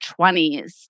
20s